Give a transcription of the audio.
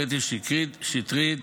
קטי שטרית,